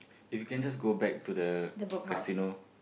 if you can just go back to the casino